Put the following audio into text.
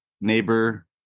neighbor